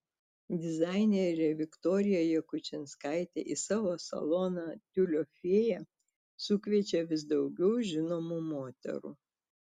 dizainerė viktorija jakučinskaitė į savo saloną tiulio fėja sukviečia vis daugiau žinomų moterų